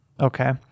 okay